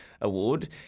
award